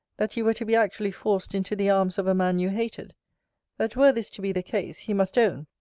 that you were to be actually forced into the arms of a man you hated that were this to be the case, he must own,